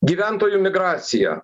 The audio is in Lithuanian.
gyventojų migracija